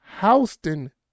houston